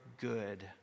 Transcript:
good